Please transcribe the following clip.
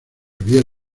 había